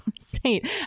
State